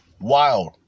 Wild